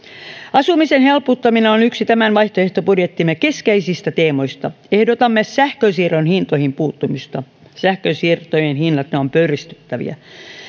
asumisen halpuuttaminen on on yksi tämän vaihtoehtobudjettimme keskeisistä teemoista ehdotamme sähkönsiirron hintoihin puuttumista sähkönsiirtojen hinnat ne ovat pöyristyttäviä